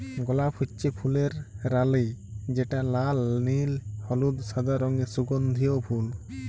গলাপ হচ্যে ফুলের রালি যেটা লাল, নীল, হলুদ, সাদা রঙের সুগন্ধিও ফুল